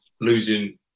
losing